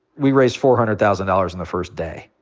we raised four hundred thousand dollars on the first day.